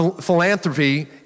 Philanthropy